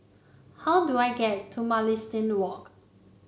how do I get to Mugliston Walk